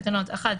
תקנות 1,